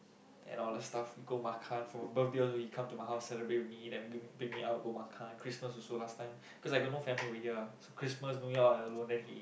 then all the stuff we go makan for birthday also he come to my house celebrate with me bring me out go makan Christmas also last time cause I got no family over here ah so Christmas New Year all I alone then he